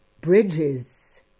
bridges